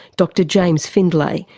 dr james findlay,